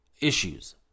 issues